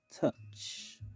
touch